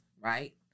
Right